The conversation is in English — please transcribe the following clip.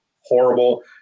horrible